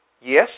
Yes